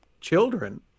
children